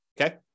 Okay